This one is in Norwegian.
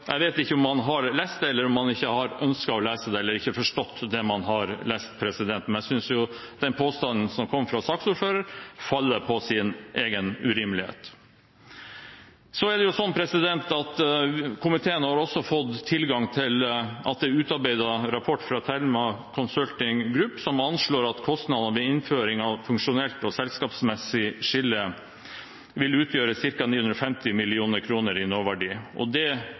jeg vet ikke om man har lest det, ikke har ønsket å lese det, eller ikke har forstått det man har lest. Jeg synes den påstanden som kom fra saksordføreren, faller på sin egen urimelighet. Så er det sånn at komiteen også har fått tilgang til at det er utarbeidet rapport fra THEMA Consulting Group, som anslår at kostnadene ved innføring av funksjonelt og selskapsmessig skille vil utgjøre ca. 950 mill. kr i nåverdi. Det